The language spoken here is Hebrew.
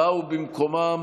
באו במקומם,